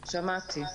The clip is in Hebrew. שמעתי.